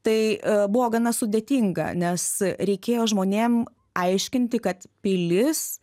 tai a buvo gana sudėtinga nes reikėjo žmonėm aiškinti kad pilis